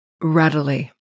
readily